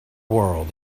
world